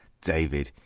david,